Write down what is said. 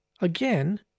again